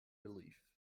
relief